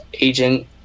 agent